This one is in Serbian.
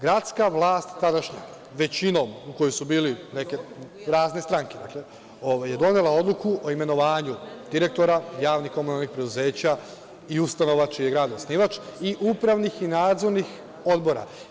Gradska vlast tadašnja većinom u kojoj su bili neke razne stranke, dakle, donela je odluku o imenovanju direktora javnih komunalnih preduzeća i ustanova čiji je grad osnivač i upravnih i nadzornih odbora.